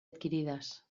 adquirides